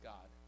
God